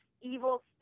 evil